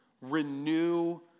renew